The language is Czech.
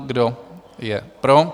Kdo je pro?